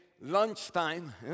lunchtime